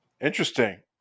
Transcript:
interesting